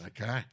Okay